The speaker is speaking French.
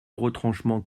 retranchements